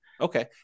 Okay